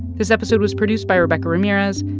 this episode was produced by rebecca ramirez,